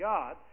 God